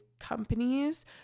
companies